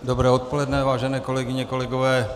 Dobré odpoledne, vážené kolegyně, kolegové.